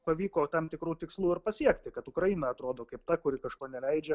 pavyko tam tikrų tikslų ir pasiekti kad ukraina atrodo kaip ta kuri kažko neleidžia